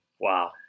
Wow